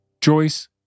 Joyce